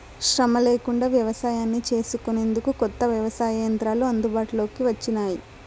శ్రమ లేకుండా వ్యవసాయాన్ని చేసుకొనేందుకు కొత్త వ్యవసాయ యంత్రాలు అందుబాటులోకి వచ్చినాయి